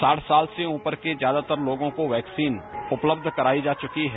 साठ साल से ऊपर के ज्यादातर लोगों को वैक्सीन उपलब्ध कराई जा चुकी है